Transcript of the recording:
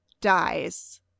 dies